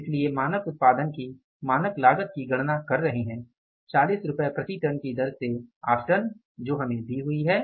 इसलिए मानक उत्पादन की मानक लागत की गणना कर रहे हैं 40 रूपए प्रति टन की दर से 8 टन जो हमें दी हुई है